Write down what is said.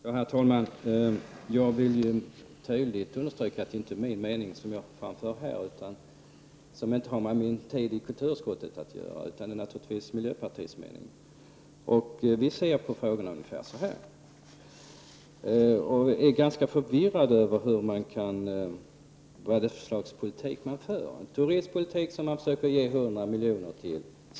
Herr talman! Jag vill tydligt understryka att det inte är min mening som jag framför här och som inte heller har med min tid i kulturutskottet att göra. Det är naturligtvis miljöpartiets mening jag framför. Vi har följande syn på frågorna: Vi är förvirrade över den politik som förs. Det är en turistpolitik som man försöker ge 100 milj.kr.